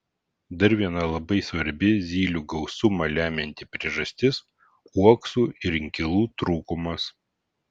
dar viena labai svarbi zylių gausumą lemianti priežastis uoksų ir inkilų trūkumas